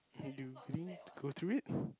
are you willing to go through it